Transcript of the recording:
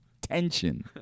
Tension